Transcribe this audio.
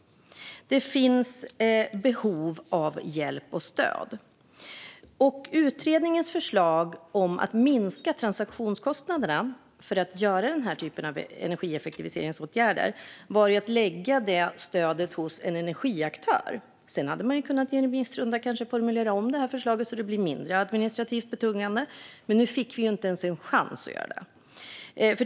Det finns behov av hjälp och stöd. Utredningens förslag om att minska transaktionskostnaderna för att vidta energieffektiviseringsåtgärder var att lägga det stödet hos en energiaktör. I en remissrunda hade man kanske kunnat formulera om förslaget så att det blev mindre administrativt betungande, men nu fick vi ju inte ens en chans att göra det.